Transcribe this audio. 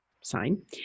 sign